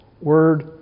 Word